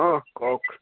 অঁ কওক